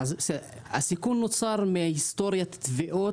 הסיכון נוצר מהיסטורית התביעות,